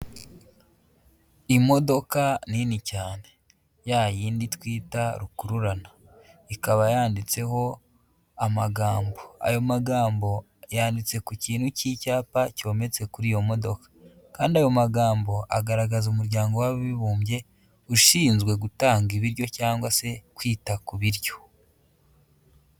Imodoka nini cyane, ya yindi twita rukururana. Ikaba yanditseho amagambo. Ayo magambo yanditse ku kintu cy'icyapa cyometse kuri iyo modoka, kandi ayo magambo agaragaza umuryango w'abibumbye ushinzwe gutanga ibiryo cyangwa se kwita ku biryo.